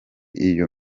iyo